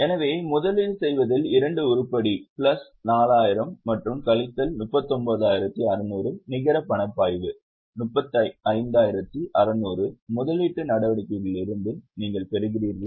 எனவே முதலீடு செய்வதில் இரண்டு உருப்படி பிளஸ் 4000 மற்றும் கழித்தல் 39600 நிகர பணப்பாய்வு 35600 முதலீட்டு நடவடிக்கைகளிலிருந்து நீங்கள் பெறுகிறீர்களா